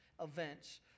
events